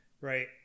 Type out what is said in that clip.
right